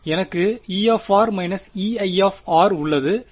எனக்கு E−Eiஉள்ளது சரி